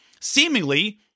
seemingly